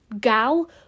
gal